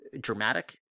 dramatic